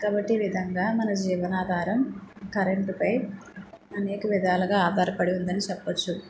కాబట్టి ఈ విధంగా మన జీవన ఆధారం కరెంట్పై అనేక విధాలుగా ఆధారపడి ఉందని చెప్పచ్చు